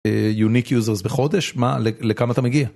יוניק יוזרס בחודש, מה, לכמה אתה מגיע?